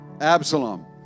Absalom